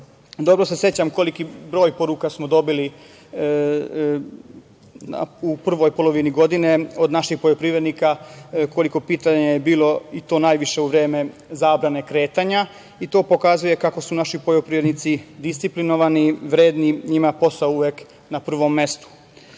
se sećam koliki broj poruka smo dobili u prvoj polovini godine od naših poljoprivrednika, koliko pitanja je bilo, i to najviše u vreme zabrane kretanja, što pokazuje kako su naši poljoprivrednici disciplinovani, vredni i njima je posao uvek na prvom mestu. Pre